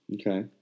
Okay